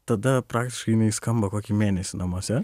tada praktiškai jinai skamba kokį mėnesį namuose